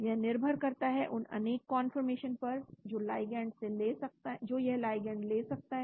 यह निर्भर करता है उन अनेक कंफॉरर्मेशन पर जो यह लाइगैंड ले सकता है